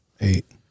Eight